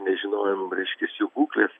nežinojom reiškias jų būklės